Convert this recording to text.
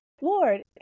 Lord